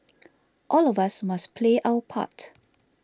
all of us must play our part